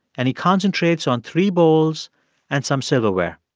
and he concentrates on three bowls and some silverware.